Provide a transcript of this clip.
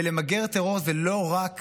ולמגר טרור זה לא רק